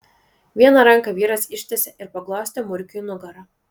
vieną ranką vyras ištiesė ir paglostė murkiui nugarą